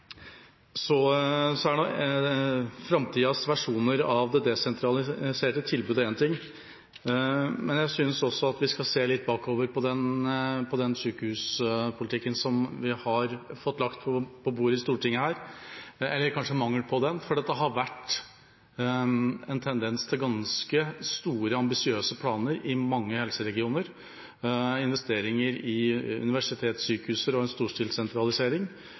er framtidas versjoner av det desentraliserte tilbudet én ting, men jeg synes også at vi skal se litt tilbake på den sykehuspolitikken som vi har fått lagt på bordet her i Stortinget – eller kanskje mangelen på den, for det har vært en tendens til ganske store, ambisiøse planer i mange helseregioner, investeringer i universitetssykehus og en storstilt sentralisering.